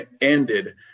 ended